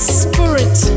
spirit